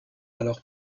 alors